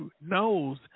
knows